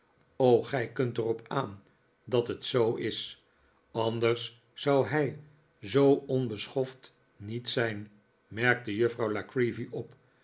gij kunt er op aan dat het zoo is anders zou hij zoo onbeschoft niet zijn merkte juffrouw la creevy op